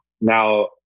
now